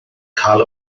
cael